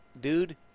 dude